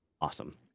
awesome